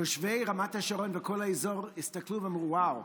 תושבי רמת השרון וכל האזור הסתכלו ואמרו: וואו,